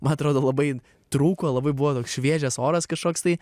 man atrodo labai trūko labai buvo toks šviežias oras kažkoks tai